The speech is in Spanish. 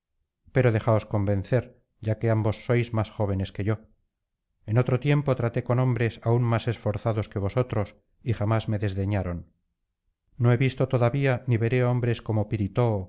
pero dejaos convencer ya que ambos sois más jóvenes que yo en otro tiempo traté con hombres aún más esforzados que vosotros y jamás me desdeñaron no he visto todavía ni veré hombres como piritoo